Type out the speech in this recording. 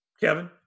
Kevin